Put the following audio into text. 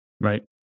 Right